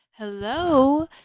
Hello